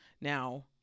Now